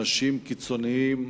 אנשים קיצוניים,